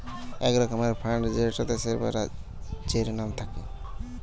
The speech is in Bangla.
এক রকমের ফান্ড যেটা দেশের বা রাজ্যের নাম থাকে